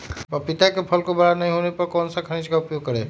पपीता के फल को बड़ा नहीं होने पर कौन सा खनिज का उपयोग करें?